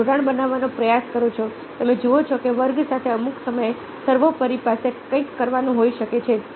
તમે જોડાણો બનાવવાનો પ્રયાસ કરો છો તમે જુઓ છો કે વર્ગ સાથે અમુક સમયે સર્વોપરી પાસે કંઈક કરવાનું હોઈ શકે છે